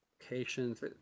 locations